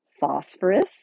phosphorus